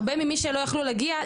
הרבה ממי שלא יכלו להגיע,